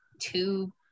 two